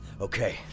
Okay